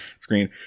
screen